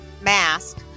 mask